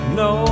no